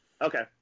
Okay